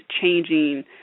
changing